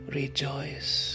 rejoice